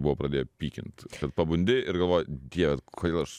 buvo pradėję pykint kad pabundi ir galvoji dieve kodėl aš